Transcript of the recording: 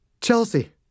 Chelsea